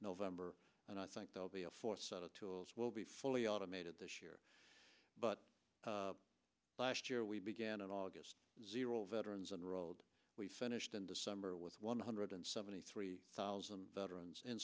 november and i think they'll be a force of tools will be fully automated this year but last year we began at august zero veterans and rolled we finished in december with one hundred and seventy three thousand veterans in